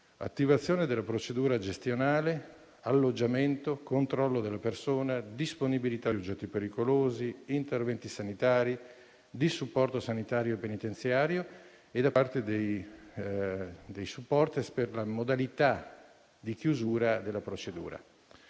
attivazione della procedura gestionale, alloggiamento, controllo della persona, verifica dell'eventuale disponibilità di oggetti pericolosi, interventi sanitari, di supporto sanitario penitenziario da parte dei *supporter* per la chiusura della procedura.